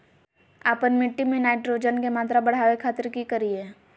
आपन मिट्टी में नाइट्रोजन के मात्रा बढ़ावे खातिर की करिय?